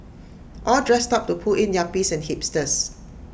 all dressed up to pull in yuppies and hipsters